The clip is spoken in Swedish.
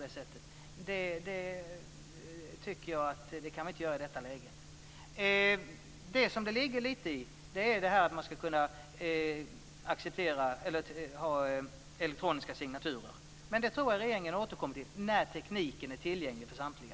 En synpunkt som det kan ligga någonting i är kravet på elektroniska signaturer, men jag tror att regeringen återkommer till den frågan när tekniken är tillgänglig för samtliga.